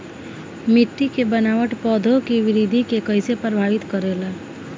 मिट्टी के बनावट पौधों की वृद्धि के कईसे प्रभावित करेला?